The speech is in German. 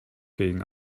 gegen